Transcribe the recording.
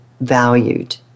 valued